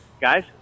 guys